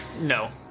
No